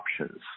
options